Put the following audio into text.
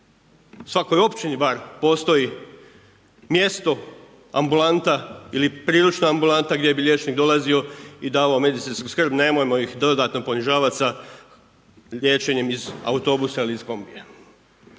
svakoj općini bar postoji mjesto, ambulanta, ili priručna ambulanta gdje bi liječnik dolazio i davao medicinsku skrb, nemojmo ih dodatno ponižavati sa liječenjem iz autobusa ili iz kombija.